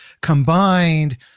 combined